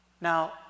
Now